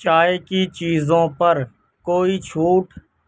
چائے کی چیزوں پر کوئی چھوٹ